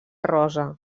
rosa